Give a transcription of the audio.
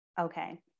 Okay